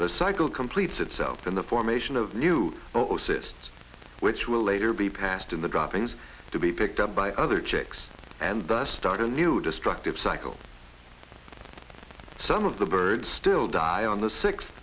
the cycle completes itself in the formation of new or cysts which will later be passed in the droppings to be picked up by other chicks and thus start a new destructive cycle thumb of the birds still die on the six